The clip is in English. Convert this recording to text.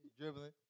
dribbling